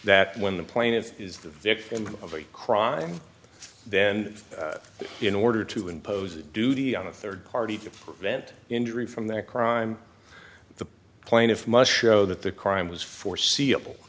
that when the plaintiff is the victim of a crime then in order to impose a duty on a third party to prevent injury from that crime the plaintiff must show that the crime was foreseeable